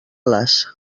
les